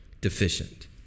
deficient